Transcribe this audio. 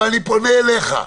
אבל אני פונה אליך.